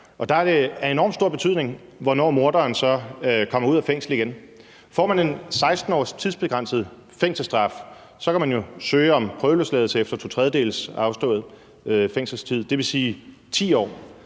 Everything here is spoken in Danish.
Der er det af enormt stor betydning, hvornår morderen kommer ud af fængslet igen. Får man en tidsbegrænset fængselsstraf på 16 år, kan man jo søge om prøveløsladelse efter to tredjedele afsonet fængselstid, dvs. efter